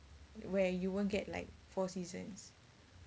where you won't get like four seasons